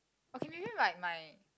okay maybe like my